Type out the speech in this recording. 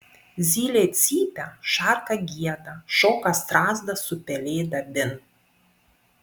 zylė cypia šarka gieda šoka strazdas su pelėda bin